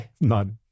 None